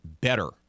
better